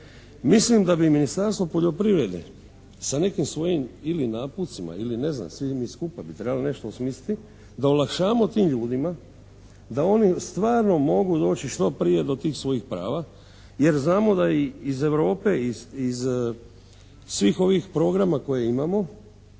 ili ne znam, svi mi skupa bi trebali nešto osmisliti da olakšavamo tim ljudima da oni stvarno mogu doći što prije do tih svojih prava jer znamo da iz Europe, iz svih ovih programa koje imamo